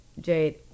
Jade